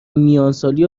میانسالی